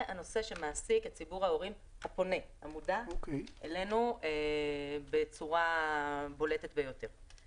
זה הנושא שמעסיק את ציבור ההורים והוא פונה אלינו בצורה בולטת ביותר.